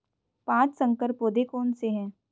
पाँच संकर पौधे कौन से हैं?